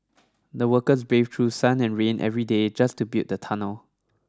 the workers braved through sun and rain every day just to build the tunnel